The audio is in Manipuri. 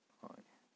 ꯍꯣꯏ